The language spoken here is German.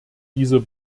dieser